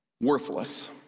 worthless